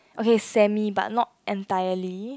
okay semi but not entirely